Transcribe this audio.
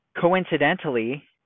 coincidentally